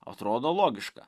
atrodo logiška